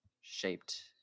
shaped